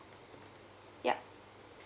ya